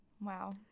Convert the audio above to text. Wow